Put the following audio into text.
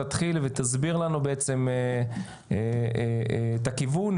תתחיל ותסביר לנו בעצם את הכיוון.